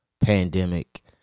pandemic